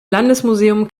landesmuseum